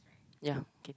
ya okay